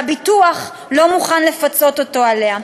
שהביטוח לא מוכן לפצות אותו עליה.